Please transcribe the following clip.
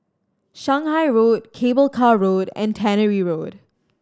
Shanghai Road Cable Car Road and Tannery Road